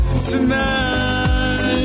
Tonight